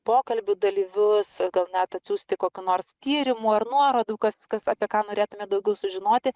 pokalbių dalyvius gal net atsiųsti kokių nors tyrimų ar nuorodų kas kas apie ką norėtumėt daugiau sužinoti